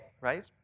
Right